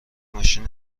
ماشین